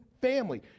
family